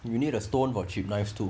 you need a stone for cheap knives too